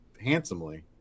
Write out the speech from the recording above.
handsomely